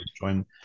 join